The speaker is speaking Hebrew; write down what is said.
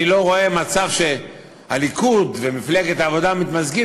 אני לא רואה מצב שהליכוד ומפלגת העבודה מתמזגים,